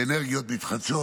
באנרגיות מתחדשות.